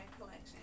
collection